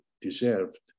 deserved